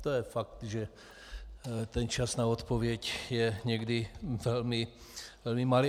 To je fakt, že ten čas na odpověď je někdy velmi malý.